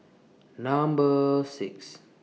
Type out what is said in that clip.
Number six